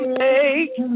make